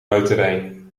muiterij